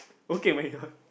okay my god